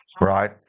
right